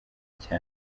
cyane